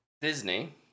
Disney